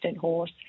horse